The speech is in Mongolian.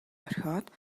орхиод